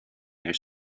their